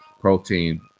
protein